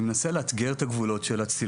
אני מנסה לאתגר את הגבולות של הצילום.